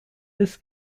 des